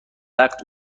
وقت